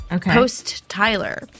post-Tyler